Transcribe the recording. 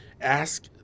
ask